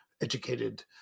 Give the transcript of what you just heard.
educated